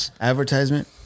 advertisement